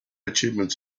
achievements